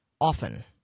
often